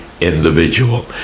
individual